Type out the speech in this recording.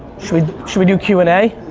should should we do q and a?